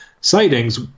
sightings